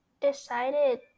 decided